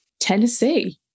Tennessee